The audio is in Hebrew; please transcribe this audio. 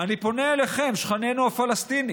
אני פונה אליכם, שכנינו הפלסטינים,